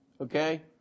okay